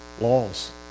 Laws